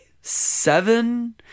seven